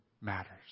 matters